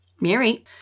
Mary